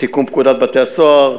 תיקון פקודת בתי-הסוהר,